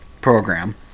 program